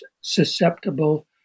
susceptible